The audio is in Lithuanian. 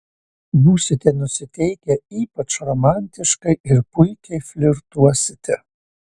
būsite nusiteikę ypač romantiškai ir puikiai flirtuosite